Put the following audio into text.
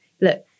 look